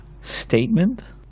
statement